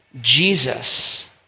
Jesus